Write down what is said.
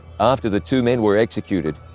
after the two men were executed,